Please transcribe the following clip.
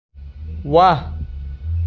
ৱাহ